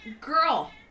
Girl